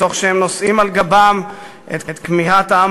תוך שהם נושאים על גבם את כמיהת העם